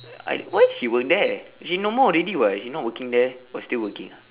I why she work there she no more already [what] she not working there oh still working ah